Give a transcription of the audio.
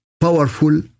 powerful